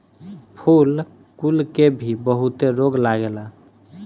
फूल कुल के भी बहुते रोग लागेला